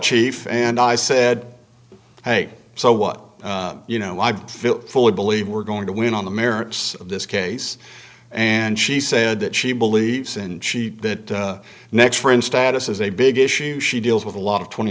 chief and i said hey so what you know i fully believe we're going to win on the merits of this case and she said that she believes and she that next friend status is a big issue she deals with a lot of twenty